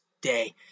Day